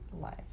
life